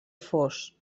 fos